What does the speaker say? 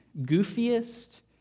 goofiest